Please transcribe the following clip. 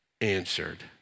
answered